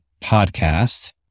podcast